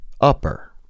upper